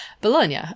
Bologna